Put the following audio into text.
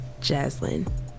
Jaslyn